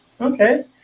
Okay